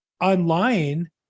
online